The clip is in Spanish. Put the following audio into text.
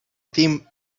teen